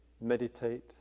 meditate